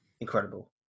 incredible